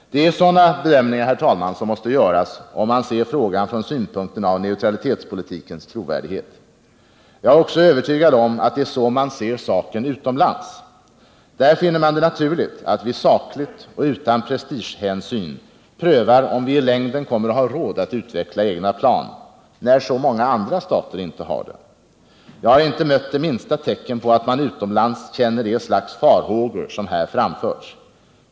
Sådana bedömningar, herr talman, måste göras om man ser frågan från synpunkten av neutralitetspolitikens trovärdighet. Jag är också övertygad om att det är så man ser saken utomlands. Där finner man det naturligt att vi sakligt och utan prestigehänsyn prövar om vi i längden kommer att ha råd att utveckla egna plan när så många andra stater inte har det. Jag har utomlands inte mött det minsta tecken på att man känner det slags farhågor som här framförts.